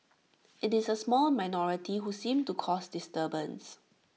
IT is A small minority who seem to cause disturbance